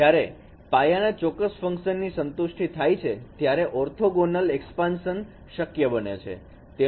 જ્યારે પાયાના ચોક્કસ ફંકશન ની સંતુષ્ટિ થાય છે ત્યારે ઓર્થોગોનલ એક્સપાનસન શક્ય બને છે